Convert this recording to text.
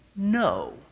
no